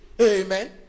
Amen